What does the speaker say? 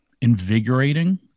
invigorating